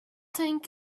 think